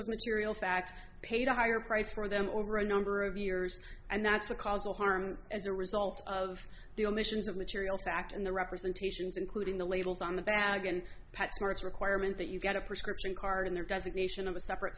of material fact paid a higher price for them over a number of years and that's a causal harm as a result of the omissions of material fact in the representations including the labels on the bag and passports requirement that you get a prescription card in there doesn't nation of a separate